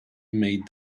made